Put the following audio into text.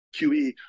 QE